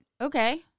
Okay